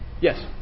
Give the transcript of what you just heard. Yes